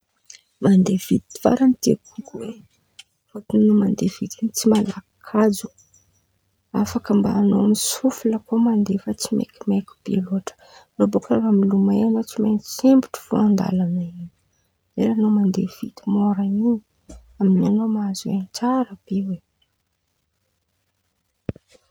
Mandeha vinty faran̈y raha tiako kokoa e fôtiny an̈ao mande vinty tsy malaky kajo afaka mba an̈ao misofle koa an̈ao mandeha maikimaiky be loatra, en̈ao baka milomay an̈ao tsy maintsy sempotro fo andalan̈a en̈y, leran̈y an̈ao mande vinty môra in̈y amininy an̈ao mahazo ain̈y tsara oe.